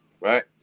right